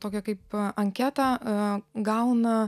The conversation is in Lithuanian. tokią kaip anketą gauna